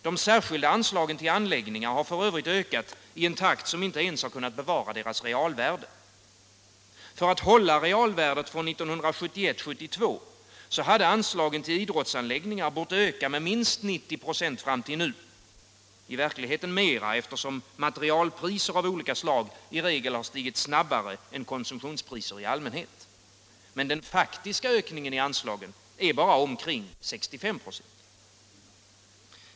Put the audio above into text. De särskilda anslagen till anläggningar har f. ö. ökat i en takt som inte ens kunnat bevara deras realvärde. För att hålla realvärdet från 1971/72 hade anslaget till idrottsanläggningar bort öka med minst 90 26 fram till nu — i verkligheten mera, eftersom materialpriser av olika slag i regel stigit snabbare än konsumtionspriser i allmänhet. Men den faktiska ökningen i anslagen är bara omkring 65 96.